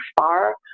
far